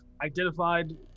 identified